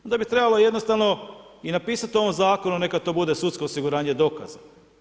Onda bi trebalo jednostavno i napisati u ovom zakonu neka to bude sudsko osiguranje dokaza.